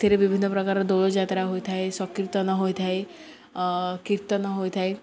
ଏଥିରେ ବିଭିନ୍ନ ପ୍ରକାର ଦୋଳ ଯାତ୍ରା ହୋଇଥାଏ ସଂକୀର୍ତ୍ତନ ହୋଇଥାଏ କୀର୍ତ୍ତନ ହୋଇଥାଏ